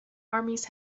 armies